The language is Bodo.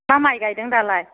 मा माइ गाइदों दालाय